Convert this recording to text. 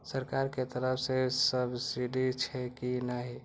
सरकार के तरफ से सब्सीडी छै कि नहिं?